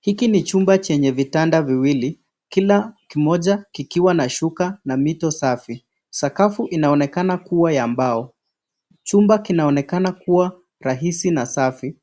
Hiki ni chumba chenye vitanda viwili kila kimoja kikiwa na shuka na mito safi, sakafu inaonekana kua ya mbao, chumba kinaonekana kua rahisi na safi